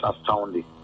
astounding